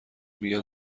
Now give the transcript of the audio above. میگن